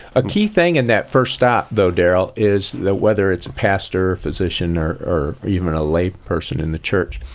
a key thing in that first stop though, darrell, is that whether it's a pastor, a physician, or even a lay person in the church,